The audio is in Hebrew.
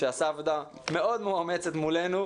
שעשה עבודה מאוד מאומצת מולנו,